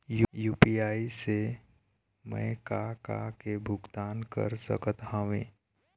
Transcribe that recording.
UPI से मैं का का के भुगतान कर सकत हावे?